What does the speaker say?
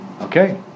okay